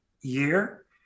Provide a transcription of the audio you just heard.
year